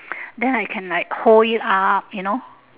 then I can like hold it up you know